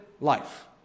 life